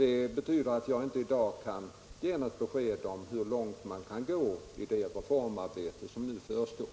Detta är orsaken till att jag inte i dag kan ge något besked om hur långt man kan gå i det reformarbete som förestår.